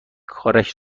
کارش